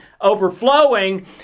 overflowing